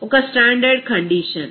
ఒక standard condition